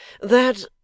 That